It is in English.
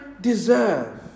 deserve